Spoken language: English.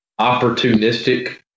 opportunistic